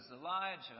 Elijah